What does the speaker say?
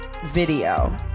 video